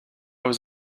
was